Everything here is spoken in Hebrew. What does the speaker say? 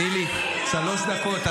תני לי שלוש דקות.